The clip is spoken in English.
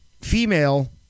Female